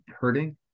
hurting